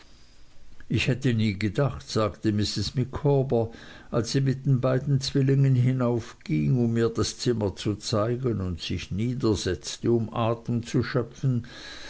ich hätte nie gedacht sagte mrs micawber als sie mit den beiden zwillingen hinaufging um mir das zimmer zu zeigen und sich niedersetzte um atem zu schöpfen